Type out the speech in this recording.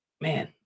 man